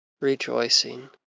rejoicing